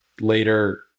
later